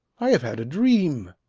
i have had a dream,